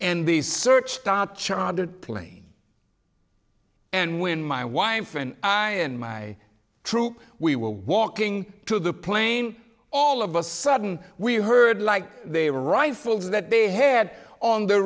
and they searched on chartered plane and when my wife and i and my troop we were walking to the plane all of a sudden we heard like they were rifles that they had on the